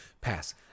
pass